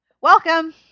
Welcome